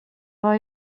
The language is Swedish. vad